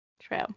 True